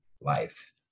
life